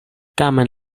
tamen